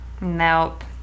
Nope